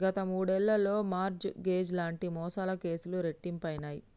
గత మూడేళ్లలో mortgage లాంటి మోసాల కేసులు రెట్టింపయినయ్